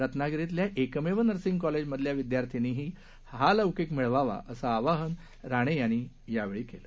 रत्नागिरीतल्या एकमेव नर्सिंग कॉलेजमधल्या विद्यार्थ्यांनीही हा लौकिक मिळवावाअसं आवाहन राणे यांनी यावेळी केलं